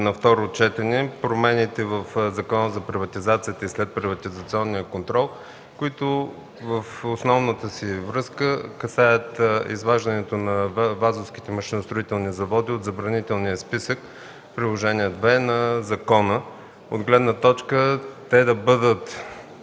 на второ четене промените в Закона за приватизация и следприватизационен контрол, които в основната си част касаят изваждането на Вазовските машиностроителни заводи от Забранителния списък – Приложение № 2 на закона, от гледна точка на това